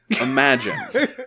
Imagine